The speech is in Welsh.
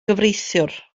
gyfreithiwr